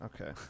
Okay